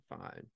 fine